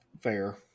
fair